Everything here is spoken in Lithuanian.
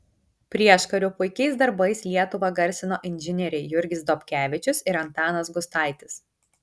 prieškariu puikiais darbais lietuvą garsino inžinieriai jurgis dobkevičius ir antanas gustaitis